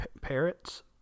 parrots